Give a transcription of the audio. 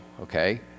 okay